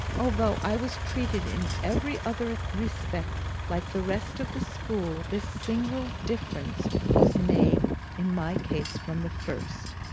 although i was treated in every other respect like the rest of the school, this single difference was made in my case from the first.